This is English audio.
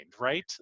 right